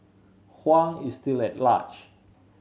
Huang is still at large